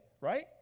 right